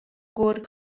گرگ